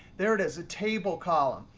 there it is, a table column.